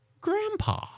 Grandpa